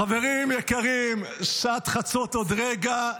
חברים יקרים, שעת חצות עוד רגע.